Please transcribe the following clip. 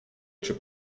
czy